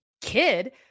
kid